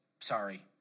sorry